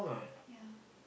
ya